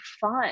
fun